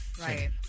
Right